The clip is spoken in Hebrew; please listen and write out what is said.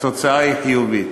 התוצאה היא חיובית.